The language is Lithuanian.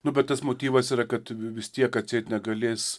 nu bet tas motyvas yra kad vis tiek atseit negalės